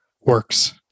works